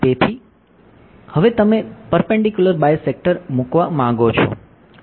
તેથી હવે તમે પરપેન્ડીક્યુલર બાયસેક્ટર મૂકવા માંગો છો